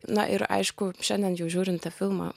na ir aišku šiandien jau žiūrint tą filmą